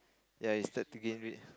ya you start to gain weight